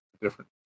different